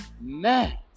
Man